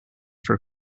for